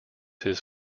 his